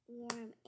warm